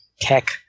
tech